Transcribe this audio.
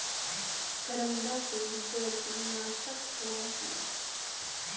करौंदा के जड़ कृमिनाशक होबा हइ